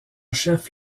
chef